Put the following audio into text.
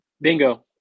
Bingo